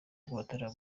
guhatana